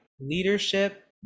leadership